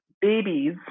babies